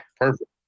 Perfect